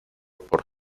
por